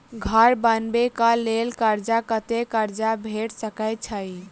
घर बनबे कऽ लेल कर्जा कत्ते कर्जा भेट सकय छई?